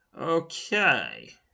Okay